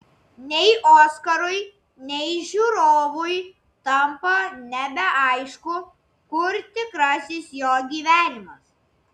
nei oskarui nei žiūrovui tampa nebeaišku kur tikrasis jo gyvenimas